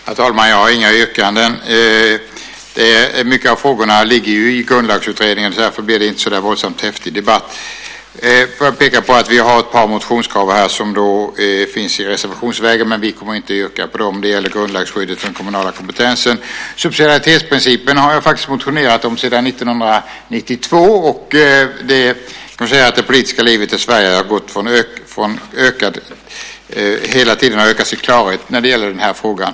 Herr talman! Jag har inga yrkanden. Många av frågorna ligger i Grundlagsutredningen. Därför blir det inte en så våldsamt häftig debatt. Får jag peka på att vi har ett par motionskrav som finns i reservationsväg, men vi kommer inte att yrka på dem. Det gäller grundlagsskyddet för den kommunala kompetensen. Subsidiaritetsprincipen har jag faktiskt motionerat om sedan 1992, och man kan säga att det politiska livet i Sverige hela tiden har ökat sin klarhet när det gäller den här frågan.